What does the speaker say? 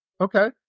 Okay